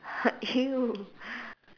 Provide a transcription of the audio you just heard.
!eww!